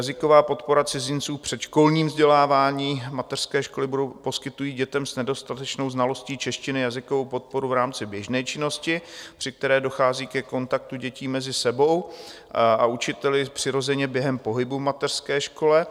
Jazyková podpora cizinců v předškolním vzdělávání: mateřské školy poskytují dětem s nedostatečnou znalostí češtiny jazykovou podporu v rámci běžné činnosti, při které dochází ke kontaktu dětí mezi sebou a učiteli přirozeně během pohybu v mateřské škole.